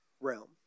realm